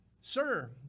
Sir